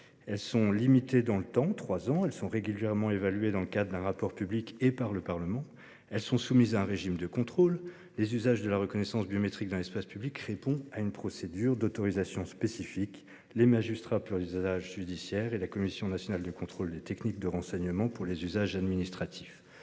elles, sont très encadrées : limitées à trois ans, elles sont régulièrement évaluées et dans le cadre d'un rapport public et par le Parlement. Elles sont soumises à un régime de contrôle : les usages de la reconnaissance biométrique dans l'espace public répondent à une procédure d'autorisation spécifique, de la part des magistrats pour les usages judiciaires et de celle de la Commission nationale de contrôle des techniques de renseignement pour les usages administratifs.